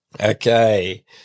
Okay